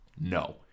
No